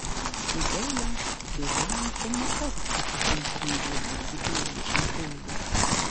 deja pižamose nepalikta pakankamai vietos didėjančiam pilvui